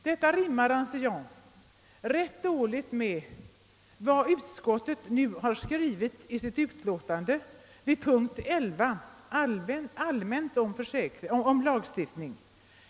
Detta rimmar, anser jag, rätt illa med vad utskottet har skrivit i sitt utlåtande vid punkt 11 som har rubriken »Allmänt om lagstiftningen».